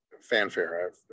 fanfare